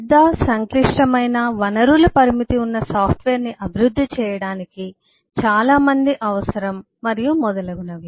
పెద్దసంక్లిష్టమైన వనరుల పరిమితి ఉన్న సాఫ్ట్వేర్ను అభివృద్ధి చేయడానికి చాలా మంది అవసరం మరియు మొదలగునవి